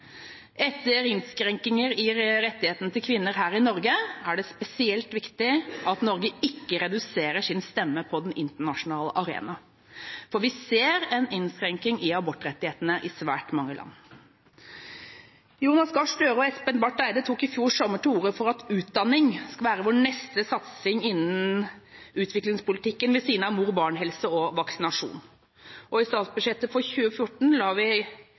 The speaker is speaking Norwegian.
Etter innskrenkinger i rettighetene til kvinner her i Norge er det spesielt viktig at Norge ikke reduserer sin stemme på den internasjonale arena, for vi ser en innskrenking i abortrettighetene i svært mange land. Jonas Gahr Støre og Espen Barth Eide tok i fjor sommer til orde for at utdanning skal være vår neste satsing innen utviklingspolitikken ved siden av mor–barn-helse og vaksinasjon. Og i statsbudsjettet for 2014 la vi